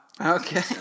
Okay